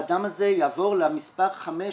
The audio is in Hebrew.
האדם הזה יעבור למספר 5,